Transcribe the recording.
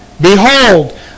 Behold